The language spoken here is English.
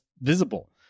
visible